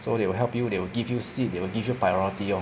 so they will help you they will give you seat they will give you priority lor